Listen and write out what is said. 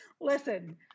Listen